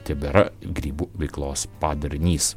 tebėra grybų veiklos padarinys